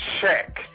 check